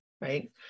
right